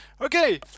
Okay